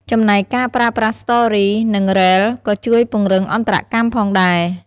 ចំណែកការប្រើប្រាស់ ស្ទររី និង រ៉េលស៍ ក៏ជួយពង្រឹងអន្តរកម្មផងដែរ។